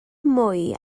mwy